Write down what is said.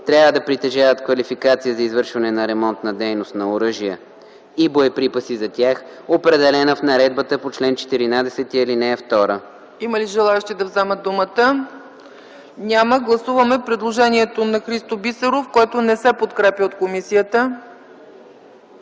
трябва да притежават квалификация за извършване на ремонтна дейност на оръжия и боеприпаси за тях, определена в наредбата по чл. 14, ал. 2.” ПРЕДСЕДАТЕЛ ЦЕЦКА ЦАЧЕВА: Има ли желаещи да вземат думата? Няма. Гласуваме предложението на Христо Бисеров, което не се подкрепя от комисията.